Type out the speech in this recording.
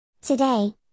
Today